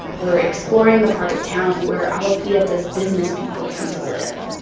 we're exploring the part of town where agua prieta's business people tend to live.